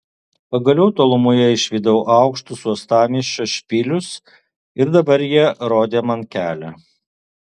pagaliau tolumoje išvydau aukštus uostamiesčio špilius ir dabar jie rodė man kelią